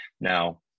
Now